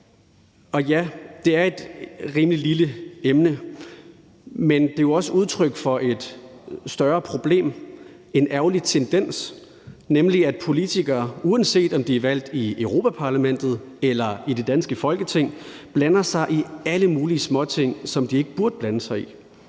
Det er et rimelig lille emne, men det er jo også udtryk for et større problem og en ærgerlig tendens, nemlig at politikere, uanset om de valgt til Europa-Parlamentet eller til det danske Folketing, blander sig i alle mulige småting, som de ikke burde blande sig i.